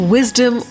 Wisdom